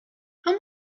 how